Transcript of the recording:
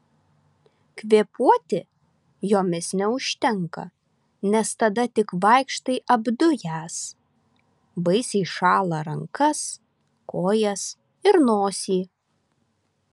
kvėpuoti jomis neužtenka nes tada tik vaikštai apdujęs baisiai šąla rankas kojas ir nosį